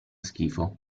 schifo